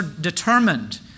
determined